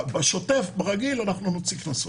בשוטף, ברגיל, אנחנו נוציא קנסות.